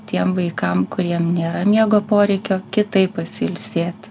tiem vaikam kuriem nėra miego poreikio kitaip pasiilsėt